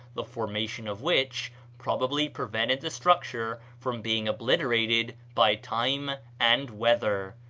the formation of which probably prevented the structure from being obliterated by time and weather.